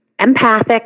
empathic